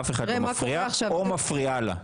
אף אחד לא מפריע או מפריעה לה.